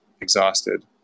exhausted